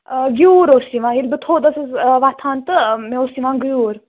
آ گیٛوٗر اوس یِوان ییٚلہِ بہٕ تھوٚد آسٕس وۄتھان تہٕ مےٚ اوس یِوان گیٛوٗر